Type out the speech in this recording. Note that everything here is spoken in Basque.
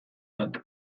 bat